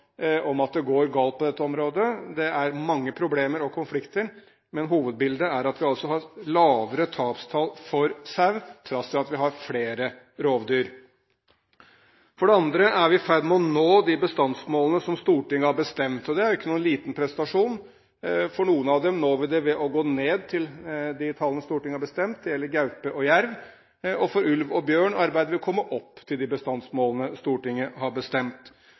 om at det går galt på dette området. Det er mange problemer og konflikter, men hovedbildet er at vi har lavere tapstall for sau, til tross for at vi har flere rovdyr. For det andre er vi i ferd med å nå de bestandsmålene som Stortinget har bestemt. Det er ikke noen liten prestasjon. For noen av dem når vi det ved å gå ned til de tallene Stortinget har bestemt – det gjelder gaupe og jerv – og for ulv og bjørn arbeider vi for å komme opp til de bestandsmålene Stortinget har bestemt.